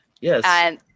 yes